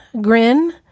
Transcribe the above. grin